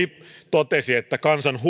totesi että